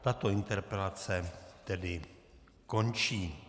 Tato interpelace tedy končí.